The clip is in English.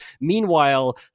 Meanwhile